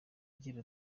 agira